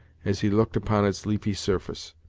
as he looked upon its leafy surface.